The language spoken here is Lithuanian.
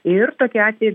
ir tokie atvejai